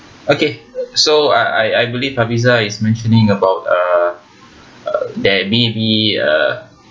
okay so I I believe hafizah is mentioning about uh there may be uh